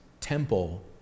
temple